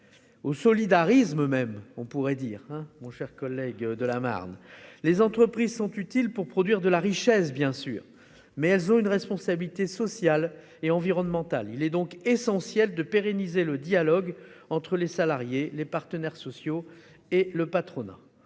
sociale et même au solidarisme ! Très bien ! Les entreprises sont utiles pour produire de la richesse, bien sûr, mais elles ont une responsabilité sociale et environnementale. Il est donc essentiel de pérenniser le dialogue entre les salariés, les partenaires sociaux et le patronat.